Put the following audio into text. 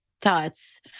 thoughts